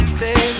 say